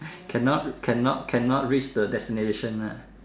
cannot cannot cannot reach the destination eh